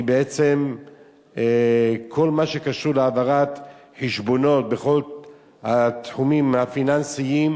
בעצם כל מה שקשור להעברת חשבונות בכל התחומים הפיננסיים,